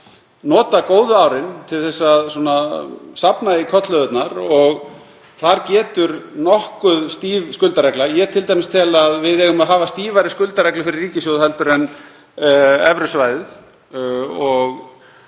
nota góðu árin til að safna í kornhlöðurnar og þar getur nokkuð stíf skuldaregla komið til. Ég tel t.d. að við eigum að hafa stífari skuldareglu fyrir ríkissjóð en evrusvæðið og